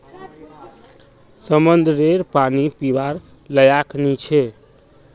समंद्ररेर पानी पीवार लयाक नी छे